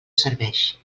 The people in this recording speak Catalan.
serveix